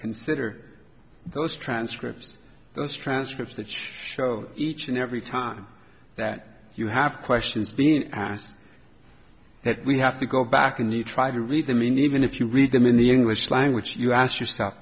consider those transcripts those transcripts that you show each and every time that you have questions being asked that we have to go back and try to read i mean even if you read them in the english language you ask yourself